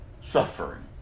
suffering